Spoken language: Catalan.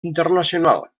internacional